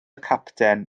capten